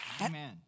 Amen